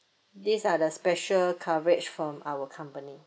these are the special coverage from our company